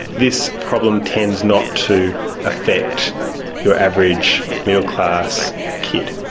this problem tends not to affect your average middle-class kid.